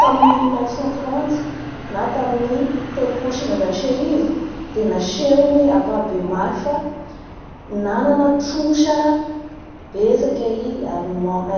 tamin'ny mille neuf cent trente na tamin'ny telopolo sy sivanjato sy arivo dia nasehony ampabemaso fa nana trosa betsaka i Alleman- Allemaigne.